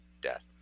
death